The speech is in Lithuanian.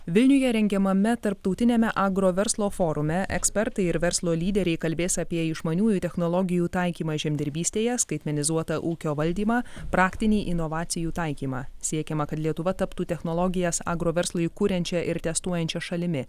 vilniuje rengiamame tarptautiniame agroverslo forume ekspertai ir verslo lyderiai kalbės apie išmaniųjų technologijų taikymą žemdirbystėje skaitmenizuotą ūkio valdymą praktinį inovacijų taikymą siekiama kad lietuva taptų technologijas agroverslui kuriančia ir testuojančia šalimi